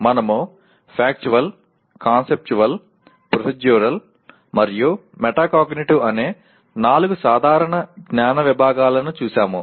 మనము factual conceptual procedural మరియు metacognitive అనే నాలుగు సాధారణ జ్ఞాన విభాగాలను చూశాము